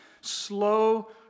slow